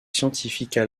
scientifiques